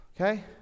Okay